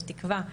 בתקווה,